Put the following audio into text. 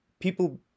people